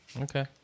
Okay